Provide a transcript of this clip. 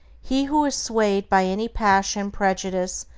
he who is swayed by any passion, prejudice,